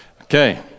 Okay